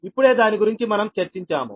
ఇప్పుడే దాని గురించి మనం చర్చించాము